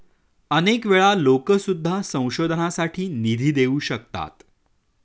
अनेक वेळा लोकं सुद्धा संशोधनासाठी निधी देऊ शकतात